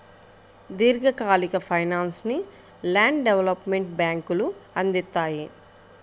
దీర్ఘకాలిక ఫైనాన్స్ను land development బ్యేంకులు అందిత్తాయి